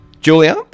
Julia